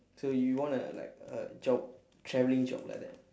so you wanna like a job traveling job like that